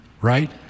right